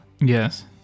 Yes